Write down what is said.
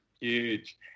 Huge